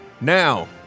Now